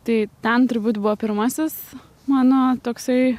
tai ten turbūt buvo pirmasis mano toksai